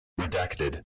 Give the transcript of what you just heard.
Redacted